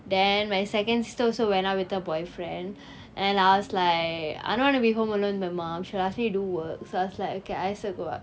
then my second sister also went out with her boyfriend and I was like I don't want be home alone with my mom she'll ask me to do work so I was like okay I also go out